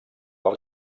del